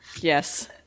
yes